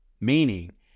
Meaning